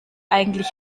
eigentlich